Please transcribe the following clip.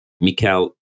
Mikael